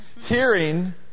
Hearing